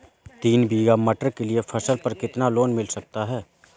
तीन बीघा मटर के लिए फसल पर कितना लोन मिल सकता है?